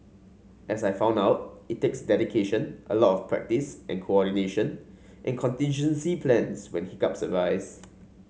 as I found out it takes dedication a lot of practice and coordination and contingency plans when hiccups arise